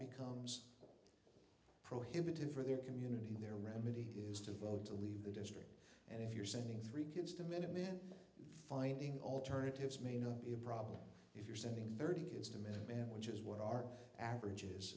becomes prohibitive for their community their remedy is to vote to leave the district and if you're sending three kids to minutemen finding alternatives may not be a problem if you're sending thirty kids to meet him which is what our average